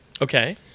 okay